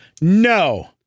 no